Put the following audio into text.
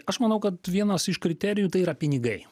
aš manau kad vienas iš kriterijų tai yra pinigai